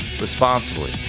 responsibly